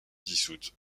dissoute